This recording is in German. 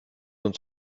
und